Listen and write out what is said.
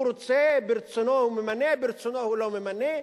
הוא רוצה, ברצונו הוא ממנה, ברצונו הוא לא ממנה,